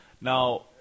Now